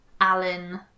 Alan